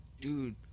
dude